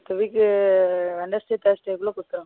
அடுத்த week Wednesday தேர்ஸ்டேக்குள்ள கொடுத்துர்றேன் மேம்